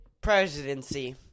presidency